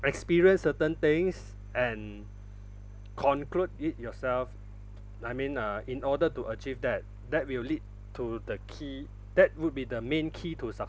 experience certain things and conclude it yourself I mean uh in order to achieve that that will lead to the key that would be the main key to